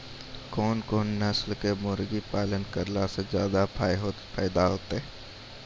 कोन कोन नस्ल के मुर्गी पालन करला से ज्यादा फायदा होय छै?